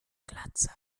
glatze